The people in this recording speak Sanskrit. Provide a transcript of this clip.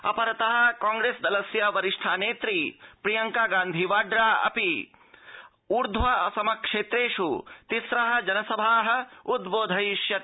अपरत कांप्रेस दलस्य वरिष्ठा नेत्री प्रियंका गान्धी वाड़ा अपि उर्ध्व असम क्षेत्रेष् तिम्र जनसभा उद्बोधयिष्यति